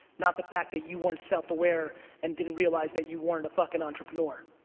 not the fact that you weren't self aware and didn't realize that you weren't a fucking entrepreneur.